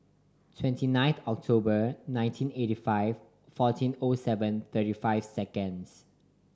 twenty nine October nineteen eighty five fourteen O seven thirty five seconds